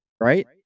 Right